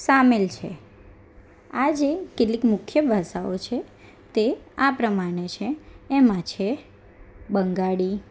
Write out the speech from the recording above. સામેલ છે આજે કેટલીક મુખ્ય ભાષાઓ છે તે આ પ્રમાણે છે એમાં છે બંગાળી